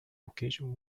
occasion